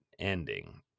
ending